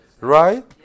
Right